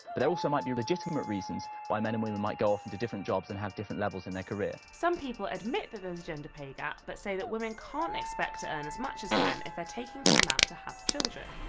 but there also might be legitimate reasons why men and women might go off into different jobs and have different levels in their career. some people admit there's a gender pay gap, but say that women can't expect to earn as much as men if they're taking time out to have children.